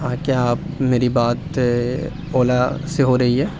ہاں کیا میری بات اولا سے ہو رہی ہے